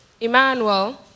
Emmanuel